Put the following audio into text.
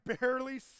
barely